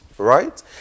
right